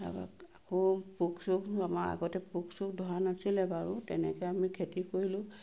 তাৰপৰা আকৌ পোক চোক আমাৰ আগতে পোক চোক ধৰা নাছিলে বাৰু তেনেকৈ আমি খেতি কৰিলোঁ